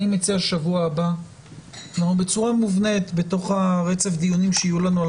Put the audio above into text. אני מציע שבשבוע הבא בצורה מובנית בתוך רצף הדיונים שיהיו לנו על